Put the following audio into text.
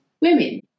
women